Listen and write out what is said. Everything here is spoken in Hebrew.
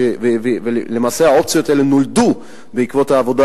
ולמעשה האופציות האלה נולדו בעקבות העבודה